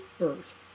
Earth